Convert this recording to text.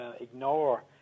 ignore